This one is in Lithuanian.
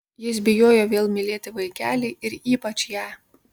jis bijojo vėl mylėti vaikelį ir ypač ją